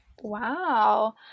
Wow